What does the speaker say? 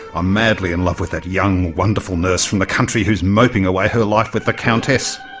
i'm madly in love with that young, wonderful nurse from the country who's moping away her life with a countess.